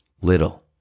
little